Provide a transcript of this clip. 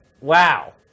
wow